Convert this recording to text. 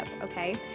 Okay